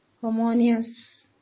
harmonious